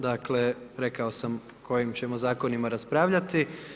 Dakle rekao sam o kojim ćemo zakonima raspravljati.